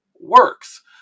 works